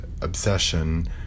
obsession